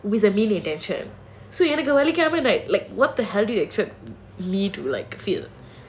with a mean intention எனக்கு:enakku like what the hell do you expect me to like feel